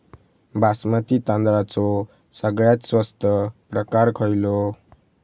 बासमती तांदळाचो सगळ्यात स्वस्त प्रकार खयलो?